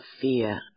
fear